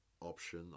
option